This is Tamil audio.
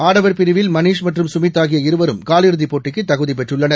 ஆடவர் பிரிவில் மணீஷ் மற்றும் சுமித் ஆகிய இருவரும் காலிறுதிப் போட்டிக்கு தகுதிப் பெற்றுள்ளன்